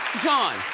john.